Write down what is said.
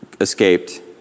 escaped